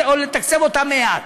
או לתקצב אותם מעט.